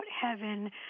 heaven